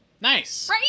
Nice